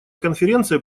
конференция